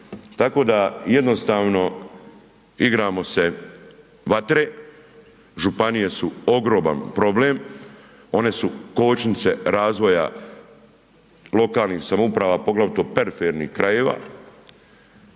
Tako da jednostavno igramo se vatre, županije su ogroman problem, one su kočnice razvoja lokalnih samouprava poglavito perifernih krajeva.